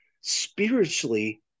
Spiritually